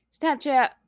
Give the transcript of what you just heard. Snapchat